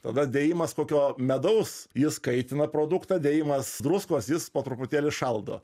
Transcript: tada dėjimas kokio medaus jis kaitina produktą dėjimas druskos jis po truputėlį šaldo